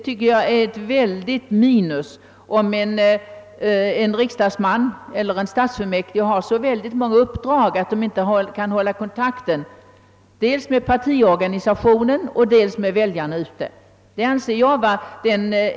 Om en riksdagsman eller en stadsfullmäktigeledamot har så många uppdrag, att han inte kan hålla kontakt dels med partiorganisationen, dels med väljarna, anser jag det vara ett stort minus.